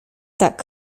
tak